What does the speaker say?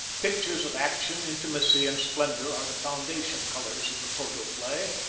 pictures of action intimacy and splendor are the foundation colors in the photoplay,